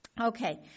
Okay